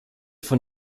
von